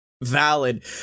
valid